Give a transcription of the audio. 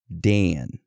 Dan